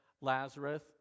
Lazarus